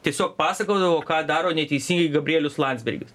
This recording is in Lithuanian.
tiesiog pasakodavo ką daro neteisingai gabrielius landsbergis